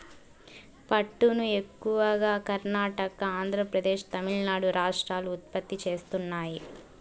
పట్టును ఎక్కువగా కర్ణాటక, ఆంద్రప్రదేశ్, తమిళనాడు రాష్ట్రాలు ఉత్పత్తి చేస్తున్నాయి